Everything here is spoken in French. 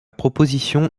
proposition